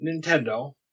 Nintendo